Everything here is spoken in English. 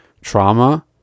trauma